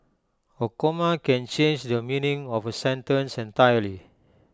A comma can change the meaning of A sentence entirely